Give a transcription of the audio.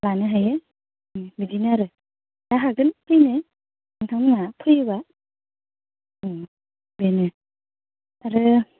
लानो हायो बिदिनो आरो दा हागोन फैनो नोंथांमोना फैयोब्ला बेनो आरो